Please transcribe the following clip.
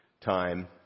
time